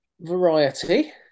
variety